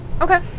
Okay